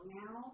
now